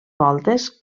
voltes